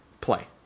play